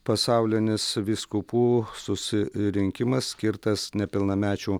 pasaulinis vyskupų susirinkimas skirtas nepilnamečių